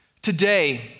Today